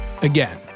Again